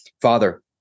Father